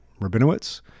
Rabinowitz